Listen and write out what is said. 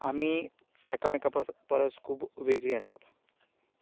आमी एकामेका परस खूब वेगळीं आसात